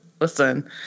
listen